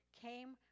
came